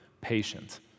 patient